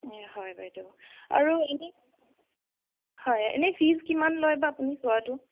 হয় বাইদেউ আৰু এনেই হয় এনেই ফীজ কিমান লয় বা আপুনি চোৱাটো